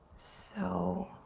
so,